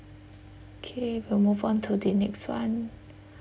okay we'll move on to the next one